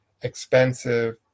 expensive